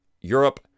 Europe